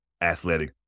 athletic